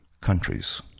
countries